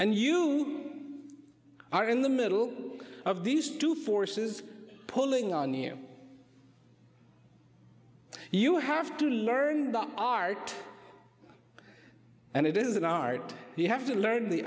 and you are in the middle of these two forces pulling on you you have to learn the art and it is an art you have to learn the